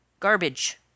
garbage